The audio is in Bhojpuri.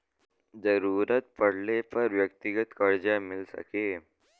जरूरत पड़ले पर व्यक्तिगत करजा मिल सके